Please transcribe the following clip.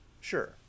sure